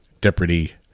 Deputy